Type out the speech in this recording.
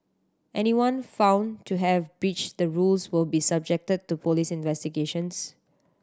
anyone found to have breached the rules will be subjected to police investigations